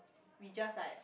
we just like